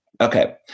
Okay